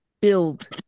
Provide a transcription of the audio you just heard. build